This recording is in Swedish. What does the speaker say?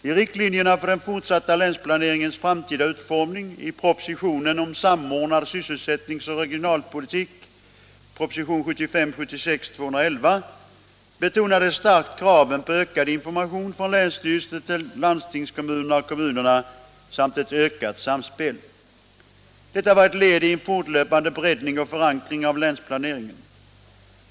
I riktlinjerna för den fortsatta länsplaneringens framtida utformning i propositionen om samordnad sysselsättnings och regionalpolitik, propositionen 1975/76:211, betonades starkt kraven på ökad information från länsstyrelsen till landstingskommunerna och kommunerna samt ett ökat samspel. Detta var ett led i en fortlöpande breddning och förankring av länsplaneringen.